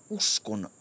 uskon